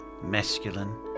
masculine